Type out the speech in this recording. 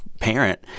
parent